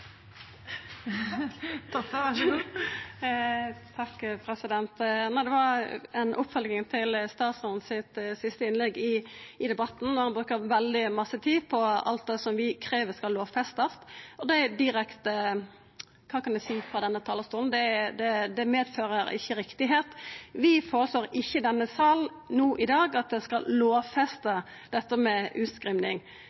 siste innlegg i debatten. Han brukar veldig mykje tid på alt det vi krev skal lovfestast, og det er direkte – kva kan eg seia frå denne talarstolen – det er ikkje riktig. Vi føreslår ikkje i denne sal no i dag at ein skal